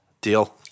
Deal